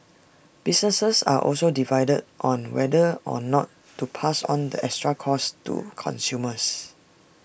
businesses are also divided on whether or not to pass on the extra costs to consumers